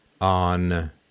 on